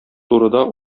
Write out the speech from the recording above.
турыда